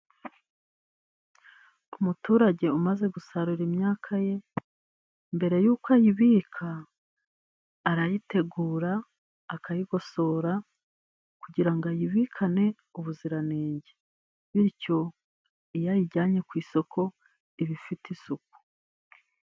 Umuturage umaze gusarura imyaka ye mbere y'uko ayibika arayitegura, akayigosora, kugira ngo ayibikane ubuziranenge. Bityo iyo ayijyanye ku isoko iba ifite isuku.